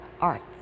arts